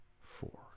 four